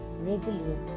resilient